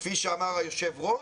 כפי שאמר היושב-ראש,